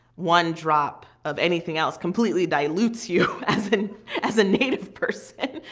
one drop of anything else completely dilutes you as as a native person.